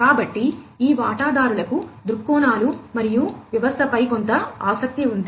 కాబట్టి ఈ వాటాదారులకు దృక్కోణాలు మరియు వ్యవస్థపై కొంత ఆసక్తి ఉంది